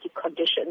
conditions